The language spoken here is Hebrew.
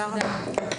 הישיבה ננעלה בשעה 13:13.